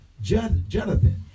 Jonathan